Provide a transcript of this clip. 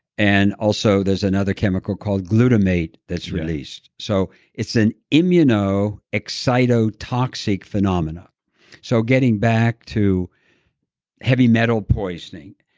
and also, there's another chemical called glutamate that's released. so it's an immunoexcitotoxic phenomena so getting back to heavy metal poisoning,